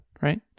right